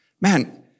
man